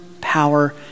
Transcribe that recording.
power